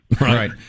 Right